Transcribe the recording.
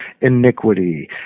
iniquity